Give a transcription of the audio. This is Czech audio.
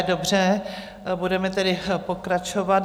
Dobře, budeme tedy pokračovat.